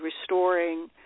restoring